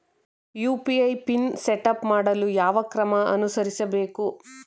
UPI pin setup ಮಾಡಲು ಯಾವ ಕ್ರಮ ಅನುಸರಿಸಬೇಕು?